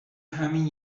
همین